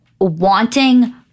wanting